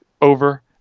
over